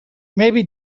maybe